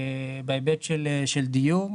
בהיבט של דיור.